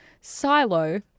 Silo